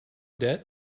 debt